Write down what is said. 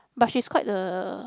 but she's quite the